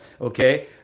Okay